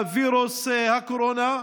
וירוס הקורונה,